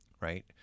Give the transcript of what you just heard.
Right